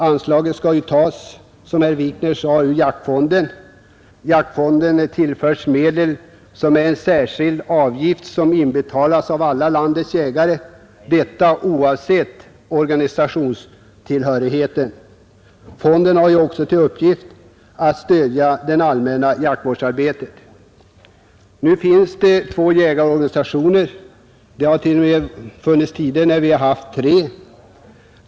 Anslaget skall som herr Wikner sade tas ur jaktvårdsfonden. Denna tillföres medel genom en särskild avgift som inbetalas av alla landets jägare, oavsett organisationstillhörighet. Fonden har också till uppgift att stödja det allmänna jaktvårdsarbetet. Nu finns det två jägarorganisationer — det har t.o.m. funnits tider då vi haft tre.